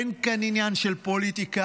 אין כאן עניין של פוליטיקה,